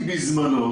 חיימוביץ,